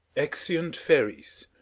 exeunt fairies